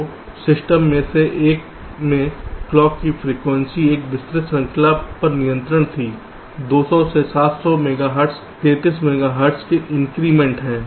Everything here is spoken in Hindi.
तो सिस्टम में से एक में क्लॉक की फ्रीक्वेंसी एक विस्तृत श्रृंखला पर नियंत्रणीय थी 200 से 700 मेगाहर्ट्ज़ 33 मेगाहर्ट्ज़ के इंक्रीमेंट हैं